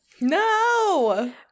No